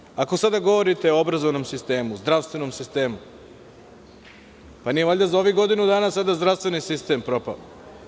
Naprotiv, ako sada govorite o obrazovnom sistemu, zdravstvenom sistemu, pa nije valjda sada za ovih godinu dana zdravstveni sistem propao?